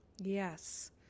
Yes